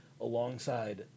alongside